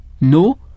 No